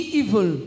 evil